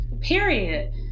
Period